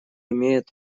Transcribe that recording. имеет